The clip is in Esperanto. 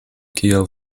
kiel